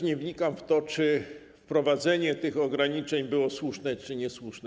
Nie wnikam w to, czy wprowadzenie tych ograniczeń było słuszne czy niesłuszne.